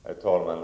Herr talman!